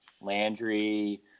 Landry